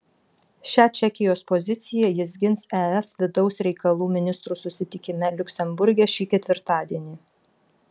šią čekijos poziciją jis gins es vidaus reikalų ministrų susitikime liuksemburge šį ketvirtadienį